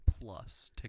plus